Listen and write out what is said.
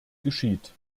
geschieht